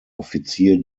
offizier